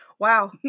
Wow